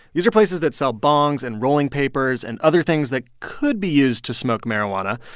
these are places that sell bongs and rolling papers and other things that could be used to smoke marijuana.